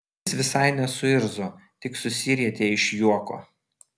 jis visai nesuirzo tik susirietė iš juoko